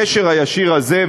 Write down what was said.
הקשר הישיר הזה,